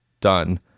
Done